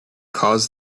caused